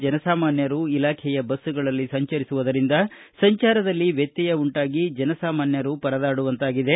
ಜನಸಾಮಾನ್ಣರು ಇಲಾಖೆಯ ಬಸ್ಗಳಲ್ಲಿ ಸಂಚರಿಸುವುದರಿಂದ ಸಂಚಾರದಲ್ಲಿ ವ್ಯತ್ನಯ ಉಂಟಾಗಿ ಜನಸಾಮಾನ್ನರು ಪರದಾಡುವಂತಾಗಿದೆ